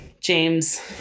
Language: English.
James